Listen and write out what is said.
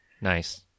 Nice